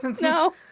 no